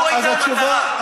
זו הייתה המטרה.